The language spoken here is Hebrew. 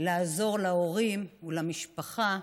לעזור להורים, למשפחה,